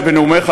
בנאומיך,